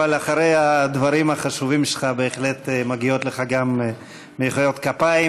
אבל אחרי הדברים החשובים שלך בהחלט מגיעות לך גם מחיאות כפיים.